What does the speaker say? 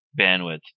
bandwidth